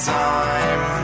time